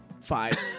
five